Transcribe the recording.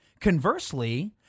Conversely